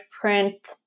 print